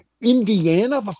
Indiana